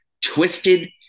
twisted